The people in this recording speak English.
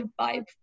vibe